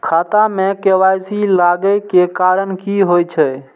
खाता मे के.वाई.सी लागै के कारण की होय छै?